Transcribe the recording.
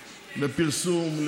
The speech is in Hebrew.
לפרסום,